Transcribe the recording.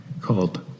called